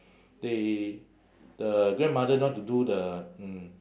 they the grandmother know how to do the mm